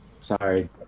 sorry